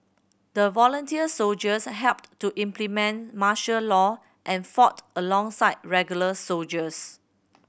the volunteer soldiers helped to implement martial law and fought alongside regular soldiers